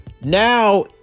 now